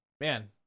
man